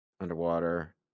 Underwater